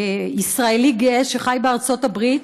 ישראלי גאה שחי בארצות הברית,